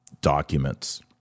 documents